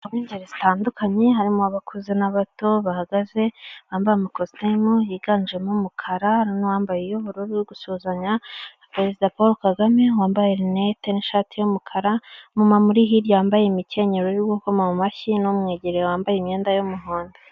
Ab'ingeri zitandukanye harimo abakuze n'abato bahagaze bambaye amakositimu yiganjemo umukara n'uwambaye iy'ubururu, uri gusuhuzanya na perezida paul kagame wambaye rinete n'ishati y'umukara. Umumama uri hirya wambaye imikenyero uri gukoma mu mashyi wambaye imyenda y'umuhondo.